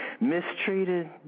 Mistreated